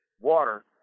water